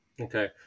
Okay